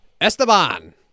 esteban